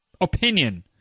opinion